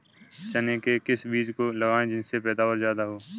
चने के किस बीज को लगाएँ जिससे पैदावार ज्यादा हो?